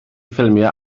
ffilmiau